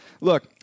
look